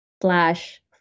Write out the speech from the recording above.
slash